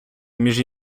між